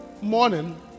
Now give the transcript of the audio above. morning